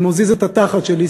אני מזיז את התחת שלי,